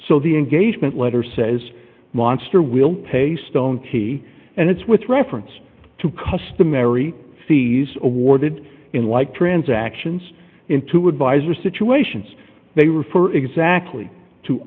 so the engagement letter says monster will pay stone and it's with reference to customary fees awarded in like transactions into advisor situations they refer exactly to